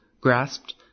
grasped